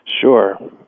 Sure